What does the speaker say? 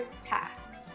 tasks